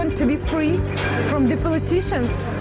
and to be free from the politicians